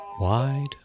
Wide